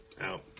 out